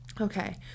Okay